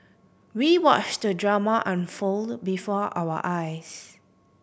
we watched the drama unfold before our eyes